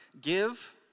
give